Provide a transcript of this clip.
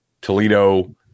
Toledo